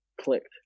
clicked